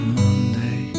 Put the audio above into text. monday